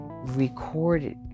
recorded